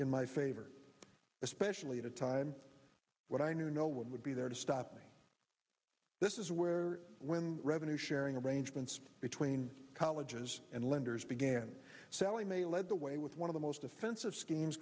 in my favor especially at a time when i knew no one would be there to stop me this is where when revenue sharing arrangements between colleges and lenders began sallie mae led the way with one of the most offensive schemes